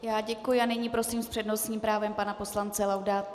Já děkuji a nyní prosím s přednostním právem pana poslance Laudáta.